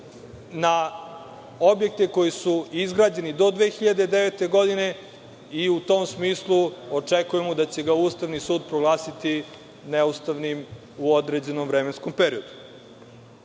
na objekte koji su izgrađeni do 2009. godine i u tom smislu očekujemo da će ga Ustavni sud proglasiti neustavnim u određenom vremenskom